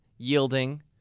yielding